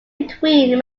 between